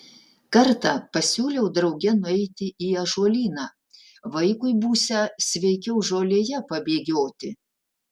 kartą pasiūliau drauge nueiti į ąžuolyną vaikui būsią sveikiau žolėje pabėgioti